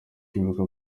ibuka